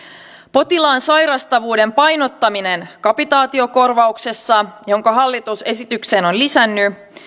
potilaan sairastavuuden painottaminen kapitaatiokorvauksessa jonka hallitus esitykseen on lisännyt